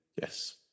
Yes